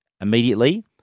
immediately